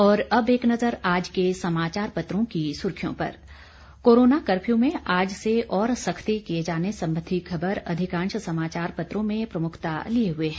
और अब एक नजर आज के समाचार पत्रों की सुर्खियों पर कोरोना कर्फ्यू में आज से और सख्ती किये जाने संबंधी खबर अधिकांश समाचार पत्रों में प्रमुखता लिए हुए है